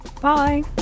Bye